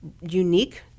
unique